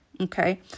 okay